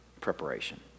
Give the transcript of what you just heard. preparation